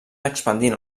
expandint